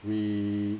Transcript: we